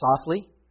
softly